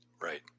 Right